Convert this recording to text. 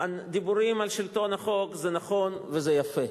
דיבורים על שלטון החוק זה נכון וזה יפה,